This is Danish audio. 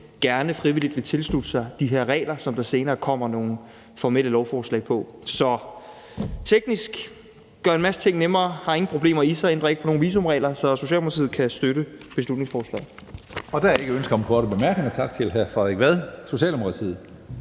gerne frivilligt vil tilslutte os de her regler, som der senere kommer nogle formelle lovforslag om. Teknisk vil det gøre en masse ting nemmere, og det har ingen problemer i sig og ændrer ikke på nogen visumregler. Så Socialdemokratiet kan støtte beslutningsforslaget. Kl. 17:18 Tredje næstformand (Karsten Hønge): Der er ikke ønske om korte bemærkninger. Tak til hr. Frederik Vad, Socialdemokratiet.